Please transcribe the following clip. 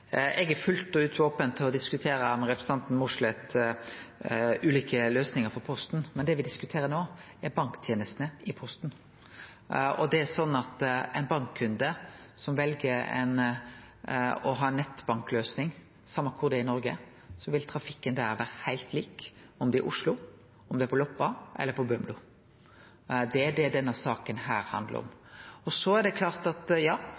Eg er fullt ut open for å diskutere med representanten Mossleth ulike løysingar for Posten. Men det me diskuterer no, er banktenestene i Posten. For bankkundar som vel å ha ei nettbankløysing, same kvar det er i Noreg, vil trafikken vere heilt lik om det er i Oslo, på Loppa eller på Bømlo. Det er det denne saka handlar om. Så er eg òg opptatt av dei spørsmåla som representanten Mossleth tar opp. Viss me byggjer opp for store banktenester, blir det